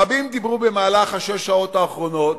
רבים דיברו במהלך שש השעות האחרונות.